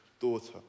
daughter